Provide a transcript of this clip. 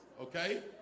okay